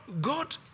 God